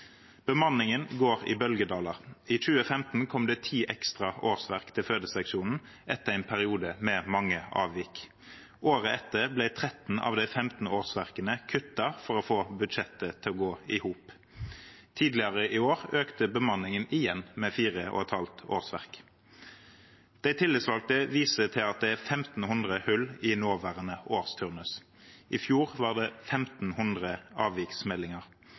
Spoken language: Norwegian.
Bemanningen går i bølgedaler. I 2015 kom det ti ekstra årsverk til fødeseksjonen etter en periode med mange avvik. Året etter ble 13 av de 15 årsverkene kuttet for å få budsjettet til å gå i hop. Tidligere i år økte bemanningen igjen med 4,5 årsverk. De tillitsvalgte viser til at det er 1 500 hull i nåværende årsturnus. I fjor var det 1 500 avviksmeldinger.